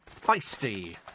feisty